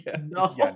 No